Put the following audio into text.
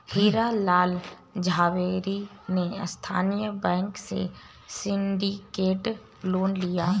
हीरा लाल झावेरी ने स्थानीय बैंकों से सिंडिकेट लोन लिया